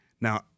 Now